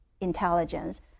intelligence